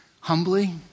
Humbly